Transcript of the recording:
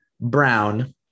Brown